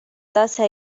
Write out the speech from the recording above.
tase